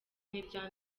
n’irya